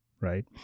right